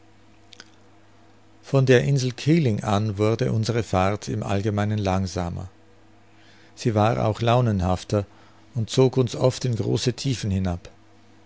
von der insel keeling an wurde unsere fahrt im allgemeinen langsamer sie war auch launenhafter und zog uns oft in große tiefen hinab